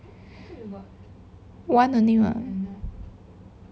one only [what]